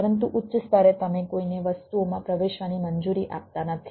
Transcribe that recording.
પરંતુ ઉચ્ચ સ્તરે તમે કોઈને વસ્તુઓમાં પ્રવેશવાની મંજૂરી આપતા નથી